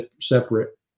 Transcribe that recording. separate